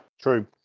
True